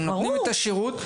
הם נותנים את השרות.